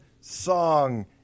Song